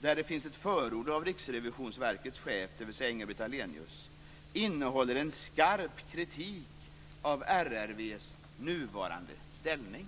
där det finns ett förord av Riksrevisionsverkets chef, dvs. Inga-Britt Ahlenius, innehåller en skarp kritik av RRV:s nuvarande ställning.